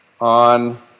On